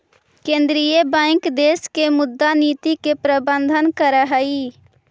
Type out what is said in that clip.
केंद्रीय बैंक देश के मुद्रा नीति के प्रबंधन करऽ हइ